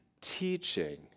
teaching